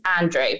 Andrew